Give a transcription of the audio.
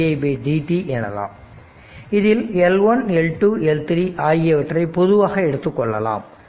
L N didt எனலாம் இதில் L1L2L3 ஆகியவற்றை பொதுவாக எடுத்துக் கொள்ளலாம்